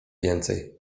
więcej